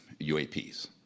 UAPs